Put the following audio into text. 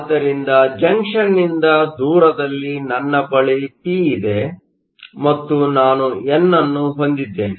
ಆದ್ದರಿಂದ ಜಂಕ್ಷನ್ನಿಂದ ದೂರದಲ್ಲಿ ನನ್ನ ಬಳಿ ಪಿ ಇದೆ ಮತ್ತು ನಾನು ಎನ್ ಅನ್ನು ಹೊಂದಿದ್ದೇನೆ